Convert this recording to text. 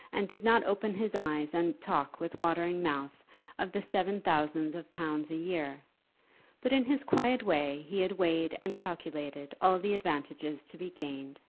and did not open his eyes and talk with watering mouth of the seven thousands of pounds a year but in his quiet way he had weighed and calculated all the advantages to be gained,